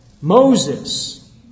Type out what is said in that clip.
Moses